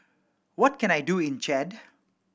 what can I do in Chad